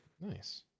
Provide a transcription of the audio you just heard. Nice